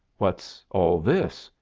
what's all this?